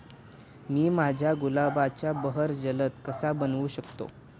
मी माझ्या गुलाबाचा बहर जलद कसा बनवू शकतो?